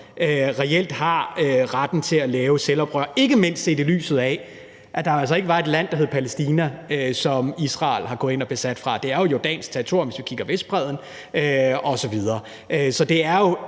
reelt har ret til at lave selvoprør, ikke mindst set i lyset af at der altså ikke var et land, som hed Palæstina, som Israel er gået ind og har besat. Det er jo jordansk territorium, hvis vi kigger på Vestbredden osv. Så det er jo